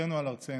זכותנו על ארצנו.